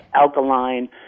alkaline